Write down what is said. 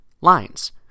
lines